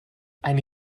eine